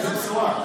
זו בשורה.